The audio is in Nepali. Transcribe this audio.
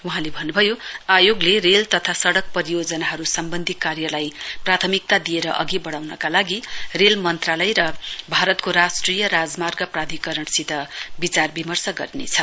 वहाँले भन्नुभयो आयोगले रेल तथा सडक परियोजनाहरू सम्बन्धी कार्यलाई प्राथमिकता दिएर अघि बढाउनका लागि रेल मन्त्रालय र भारतको राष्ट्रिय राजमार्ग प्राधिकरणसित विचार विमर्श गर्नेछ